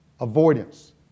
avoidance